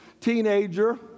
Teenager